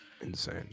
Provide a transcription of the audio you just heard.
insane